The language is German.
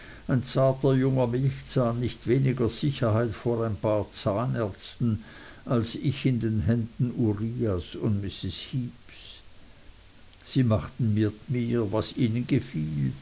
ein zarter junger milchzahn nicht weniger sicherheit vor ein paar zahnärzten als ich in den händen uriahs und mrs heeps sie machten mit mir was ihnen gefiel